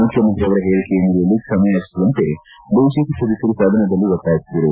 ಮುಖ್ಯಮಂತ್ರಿಯವರ ಹೇಳಿಕೆಯ ಹಿನ್ನೆಲೆಯಲ್ಲಿ ಕ್ಷಮೆಯಾಚಿಸುವಂತೆ ಬಿಜೆಪಿ ಸದಸ್ದರು ಸದನದಲ್ಲಿ ಒತ್ತಾಯಿಸಿದರು